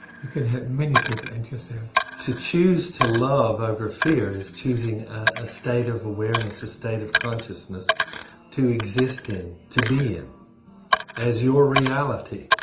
you can help many people and yourself. to choose to love over fear is choosing a state of awareness, a state of consciousness to exist in, to be in as your reality.